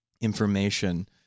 information